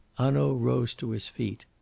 hanaud rose to his feet.